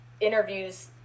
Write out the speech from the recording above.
interviews